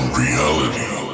reality